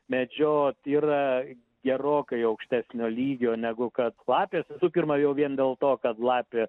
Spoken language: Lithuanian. medžiot yra gerokai aukštesnio lygio negu kad lapės visų pirma jau vien dėl to kad lapė